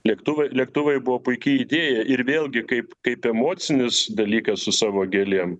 lėktuvai lėktuvai buvo puiki idėja ir vėlgi kaip kaip emocinis dalykas su savo gėlėm